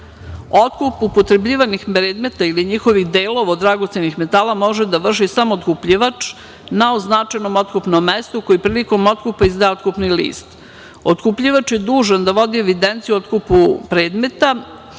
upotrebljivanih predmeta ili njihovih delova od dragocenih metala može da vrši samo otkupljivač na označenom otkupnom mestu koji prilikom otkupa izdaje otkupni list. Otkupljivač je dužan da vodi evidenciju o otkupu predmeta